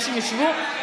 האנשים שישבו,